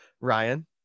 Ryan